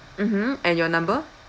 mmhmm and your number